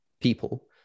people